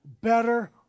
better